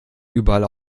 überall